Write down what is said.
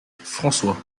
françois